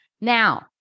now